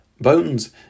Bones